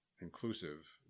inclusive